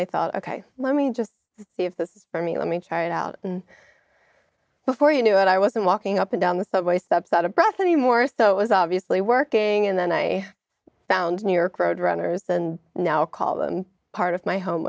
i thought ok let me just see if this is for me let me try it out before you knew it i wasn't walking up and down the subway steps out of breath any more so it was obviously working and then i found a new york road runners and now call them part of my home